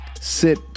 sit